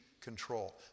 control